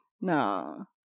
No